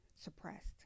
suppressed